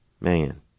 Man